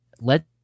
let